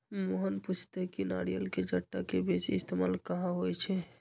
मोहन पुछलई कि नारियल के जट्टा के बेसी इस्तेमाल कहा होई छई